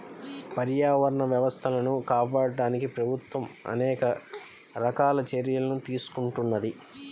పర్యావరణ వ్యవస్థలను కాపాడడానికి ప్రభుత్వం అనేక రకాల చర్యలను తీసుకుంటున్నది